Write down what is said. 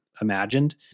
imagined